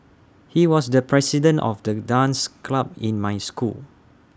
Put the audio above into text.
he was the president of the dance club in my school